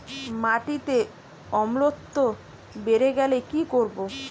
মাটিতে অম্লত্ব বেড়েগেলে কি করব?